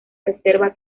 reserva